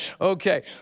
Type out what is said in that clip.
okay